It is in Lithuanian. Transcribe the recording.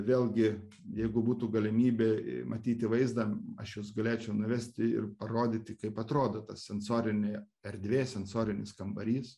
vėlgi jeigu būtų galimybė matyti vaizdą aš jus galėčiau nuvesti ir parodyti kaip atrodo ta sensorinė erdvė sensorinis kambarys